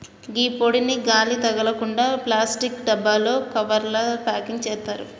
గీ పొడిని గాలి తగలకుండ ప్లాస్టిక్ డబ్బాలలో, కవర్లల ప్యాకింగ్ సేత్తారు